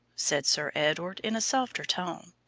said sir edward in a softer tone.